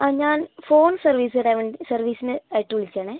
ആ ഞാൻ phone service തരാൻ വേണ്ടി സർവീസിന് ആയിട്ട് വിളിച്ചത് ആണെ